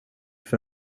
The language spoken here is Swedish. för